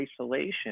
isolation